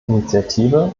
initiative